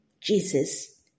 Jesus